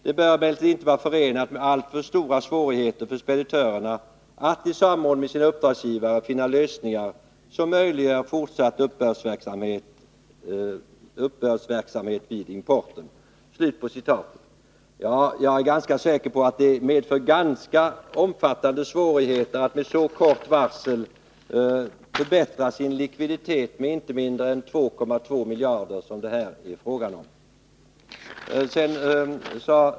Det bör emellertid inte vara förenat med alltför stora svårigheter för speditörerna att i samråd med sina uppdragsgivare finna lösningar som möjliggör fortsatt uppbördsverksamhet vid importen.” Jag är rätt säker på att det medför ganska omfattande svårigheter att med så kort varsel förbättra sin likviditet med inte mindre än 2,2 miljarder, som det här är fråga om.